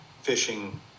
fishing